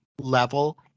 level